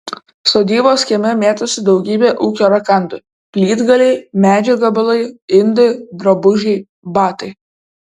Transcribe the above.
sodybos kieme mėtosi daugybė ūkio rakandų plytgaliai medžio gabalai indai drabužiai batai